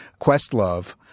Questlove